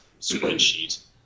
spreadsheet